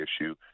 issue